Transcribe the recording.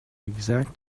exact